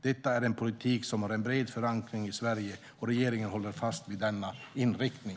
Detta är en politik som har en bred förankring i Sverige, och regeringen håller fast vid denna inriktning.